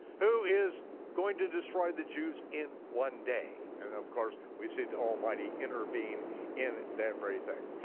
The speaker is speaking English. who is going to destroy the jews in one day. and of course, we see the almighty intervene in that very thing.